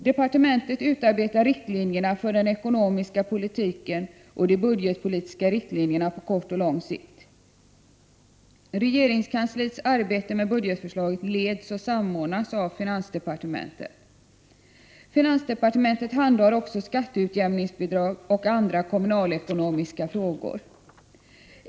Departementet utarbetar riktlinjerna för den ekonomiska politiken och de budgetpolitiska riktlinjerna på kort och lång sikt. Regeringskansliets arbete med budgetförslaget leds och samordnas av finansdepartementet. Finansdepartementet handhar också skatteutjämningsbidrag och andra kommunalekonomiska frågor.